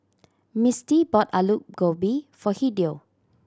Misty bought Alu Gobi for Hideo